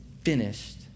finished